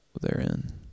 therein